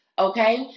Okay